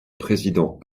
président